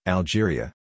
Algeria